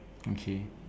okay